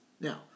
Now